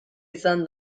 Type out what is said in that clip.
izan